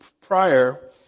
prior